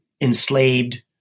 enslaved